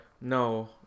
No